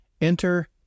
Enter